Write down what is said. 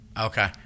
Okay